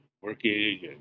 working